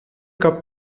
cup